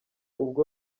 ubwo